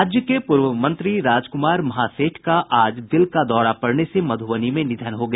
राज्य के पूर्व मंत्री राजकुमार महासेठ का आज दिल का दौरा पड़ने से मधुबनी में निधन हो गया